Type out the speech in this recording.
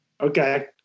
okay